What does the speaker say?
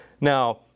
Now